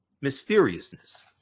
Mysteriousness